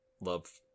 love